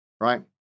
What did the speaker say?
Right